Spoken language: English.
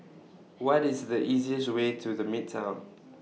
What IS The easiest Way to The Midtown